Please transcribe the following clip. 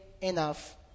enough